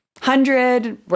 hundred